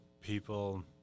people